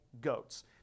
goats